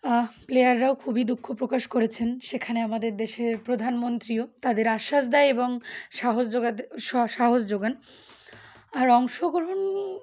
প্লেয়াররাও খুবই দুঃখ প্রকাশ করেছেন সেখানে আমাদের দেশের প্রধানমন্ত্রীও তাদের আশ্বাস দেয় এবং সাহসো যোগাতে সাহস যোগান আর অংশগ্রহণ